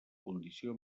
condició